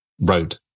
road